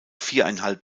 viereinhalb